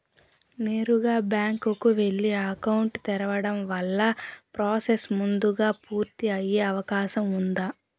నేరుగా బ్యాంకు కు వెళ్లి అకౌంట్ తెరవడం వల్ల ప్రాసెస్ ముందుగా పూర్తి అయ్యే అవకాశం ఉందా?